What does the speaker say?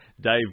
Dave